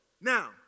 Now